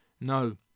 No